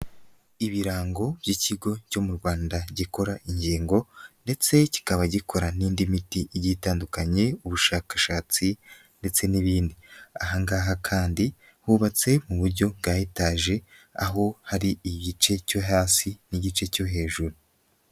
Ibirango by'ikigo cyo mu rwanda gikora ingingo ndetse kikaba gikora n'indi miti igitandukanye ubushakashatsi ndetse n'ibindi ahangaha kandi hubatse mu buryo bwa etage aho hari igice cyo hasi n'igice cyo hejuru.